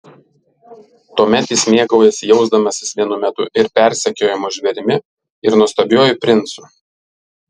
tuomet jis mėgaujasi jausdamasis vienu metu ir persekiojamu žvėrimi ir nuostabiuoju princu